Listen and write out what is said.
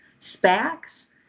SPACs